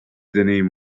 deneyim